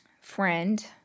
Friend